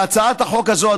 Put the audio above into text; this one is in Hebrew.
להצעת החוק הזאת,